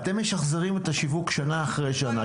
אתם משחזרים את השיווק שנה אחרי שנה.